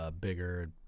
bigger